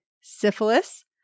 syphilis